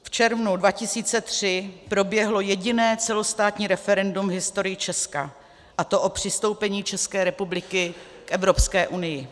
V červnu 2003 proběhlo jediné celostátní referendum v historii Česka, a to o přistoupení České republiky k Evropské unii.